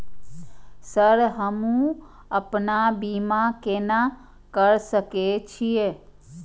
Sir हमू अपना बीमा केना कर सके छी?